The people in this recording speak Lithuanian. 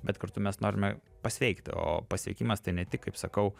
bet kartu mes norime pasveikti o pasveikimas tai ne tik kaip sakau